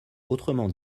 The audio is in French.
autrement